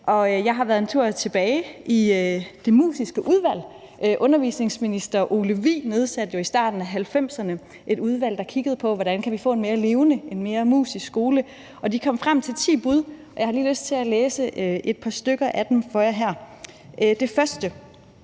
Jeg har været en tur tilbage og se på Det Musiske Udvalg. Tidligere undervisningsminister Ole Vig Jensen nedsatte jo i 1990'erne et udvalg, der kiggede på, hvordan vi kunne få en mere levende og mere musisk skole, og de kom frem til ti bud, og jeg har lige lyst til at læse et par stykker af dem for jer her. For det første